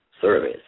service